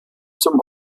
zum